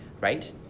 right